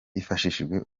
hifashishijwe